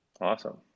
Awesome